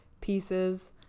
pieces